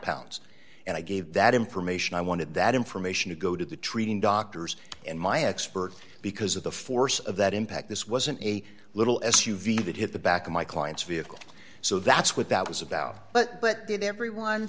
pounds and i gave that information i wanted that information to go to the treating doctors and my expert because of the force of that impact this wasn't a little s u v that hit the back of my client's vehicle so that's what that was about but but did every one